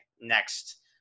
next